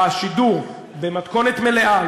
השידור במתכונת מלאה,